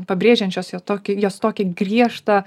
pabrėžiančios jo tokį jos tokį griežtą